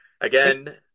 Again